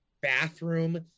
bathroom